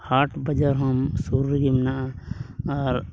ᱦᱟᱴ ᱵᱟᱡᱟᱨ ᱦᱚᱸ ᱥᱩᱨ ᱨᱮᱜᱮ ᱢᱮᱱᱟᱜᱼᱟ ᱟᱨ